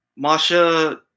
Masha